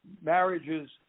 marriages